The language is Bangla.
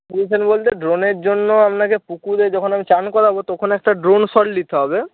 পজিশান বলতে ড্রোনের জন্য আপনাকে পুকুরে যখন আমি চান করাবো তখন একটা ড্রোন শট লিতে হবে